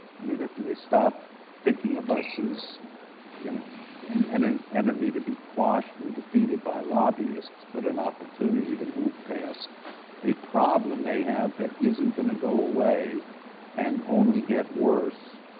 i mean if and they stopped thinking of us as you know and and an enemy to be quashed and defeated by lobbyists, but an opportunity to move past a problem they have that isn't going to go away and only get worse,